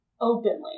openly